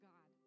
God